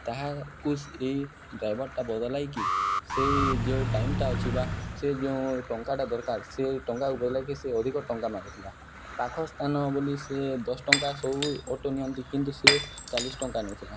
ତାହାକୁ ଏଇ ଡ୍ରାଇଭର୍ଟା ବଦଲାଇକି ସେଇ ଯେଉଁ ଟାଇମ୍ଟା ଅଛି ବା ସେ ଯେଉଁ ଟଙ୍କାଟା ଦରକାର ସେ ଟଙ୍କାକୁ ବଦଲାଇକି ସେ ଅଧିକ ଟଙ୍କା ମାଗୁଥିଲା ପାଖ ସ୍ଥାନ ବୋଲି ସେ ଦଶ୍ ଟଙ୍କା ସବୁ ଅଟୋ ନିଅନ୍ତି କିନ୍ତୁ ସିଏ ଚାଲିଶ୍ ଟଙ୍କା ନଥିଲା